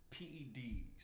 PEDs